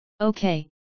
Okay